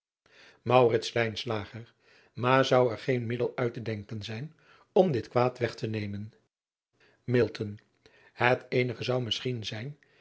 aar zou er geen middel uit te denken zijn om dit kwaad weg te nemen et eenige zou misschien zijn